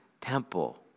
temple